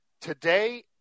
Today